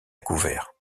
couvert